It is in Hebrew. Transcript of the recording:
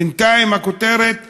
בינתיים הכותרת יצאה.